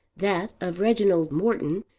that of reginald morton,